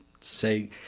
say